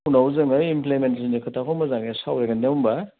उनाव जोङो इमप्लिमेन्टेस'ननि खोथाखौ मोजाङै सावरायगोन दे होनबा